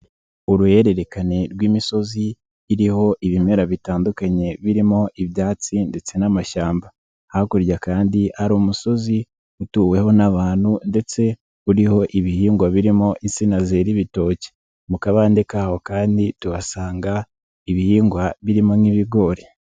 Uruhererekane rw'imisozi iriho ibimera bitandukanye birimo ibyatsi ndetse n'amashyamba, hakurya kandi hari umusozi utuweho n'abantu ndetse uriho ibihingwa birimo insina zera ibitoki. Mu kabande k'aho kandi tuhasanga ibihingwa birimo nk'ibigori.